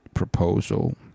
Proposal